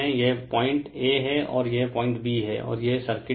यह point A है और यह पॉइंट B है और यह सर्किट है